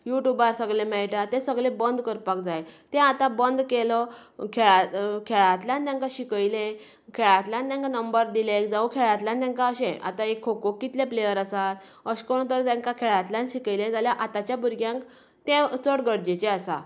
युट्यूबार सगलें मेळटा तें सगलें बंद करपाक जाय तें आतां बंद केलो खेळा खेळांतल्यान तेंका शिकयलें खेळांतल्यान तेंका नंबर दिले जांव खेळांतल्यान तेंकां अशें आतां एक खोखो कितलें प्लेयर्स आसात अशें करून तर तेंका खेळातल्यान शिकयलें जाल्यार आताच्या भुरग्यांक तें चड गरजेचें आसा